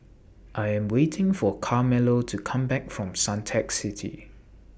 I Am waiting For Carmelo to Come Back from Suntec City